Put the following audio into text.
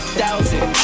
thousand